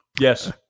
Yes